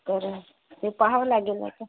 तर ते पहावं लागेल आता